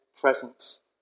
presence